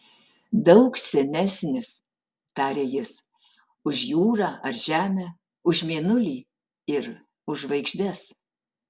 daug senesnis tarė jis už jūrą ar žemę už mėnulį ir už žvaigždes